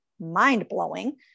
mind-blowing